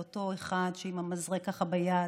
על אותו אחד ככה עם המזרק ביד